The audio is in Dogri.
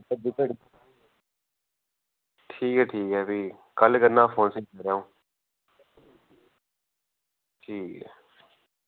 ठीक ऐ ठीक ऐ भी कल्ल करना फोन तुसेंगी पूरा अं'ऊ ठीक ऐ